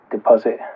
deposit